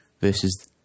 versus